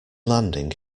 landing